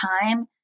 time